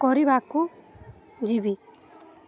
କରିବାକୁ ଯିବି